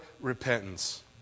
Repentance